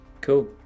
Cool